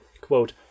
Quote